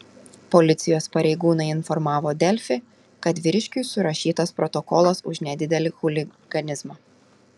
policijos pareigūnai informavo delfi kad vyriškiui surašytas protokolas už nedidelį chuliganizmą